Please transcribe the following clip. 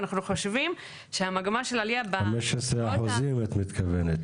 ואנחנו חושבים שהמגמה של עלייה --- 15% את מתכוונת.